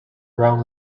brown